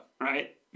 Right